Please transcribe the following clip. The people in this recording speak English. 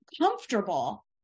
comfortable